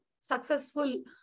successful